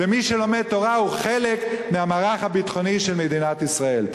ומי שלומד תורה הוא חלק מהמערך הביטחוני של מדינת ישראל.